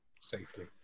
Safely